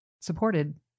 supported